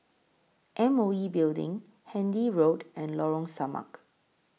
M O E Building Handy Road and Lorong Samak